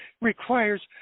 requires